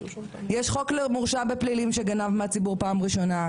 יש חוק למורשע בפלילים שגנב מהציבור פעם ראשונה,